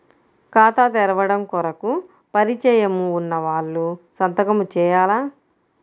ఖాతా తెరవడం కొరకు పరిచయము వున్నవాళ్లు సంతకము చేయాలా?